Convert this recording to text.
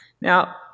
Now